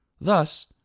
Thus